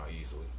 easily